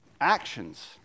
actions